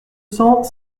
cent